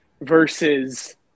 versus